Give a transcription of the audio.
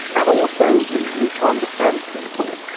and also you need to understand people,